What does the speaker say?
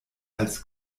als